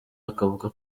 akavuga